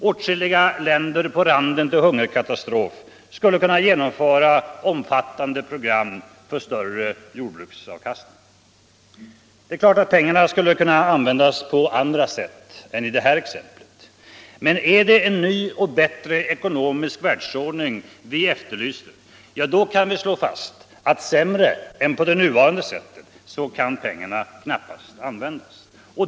Åtskilliga länder på randen till hungerkatastrof skulle kunna genomföra omfattande program för större jordbruksavkastning. Pengarna skulle kunna användas på annat sätt än i det här exemplet. Men är det en ny och bättre ekonomisk världsordning vi efterlyser kan vi slå fast att sämre än på det nuvarande sättet kan pengarna knappast användas.